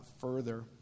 further